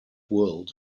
world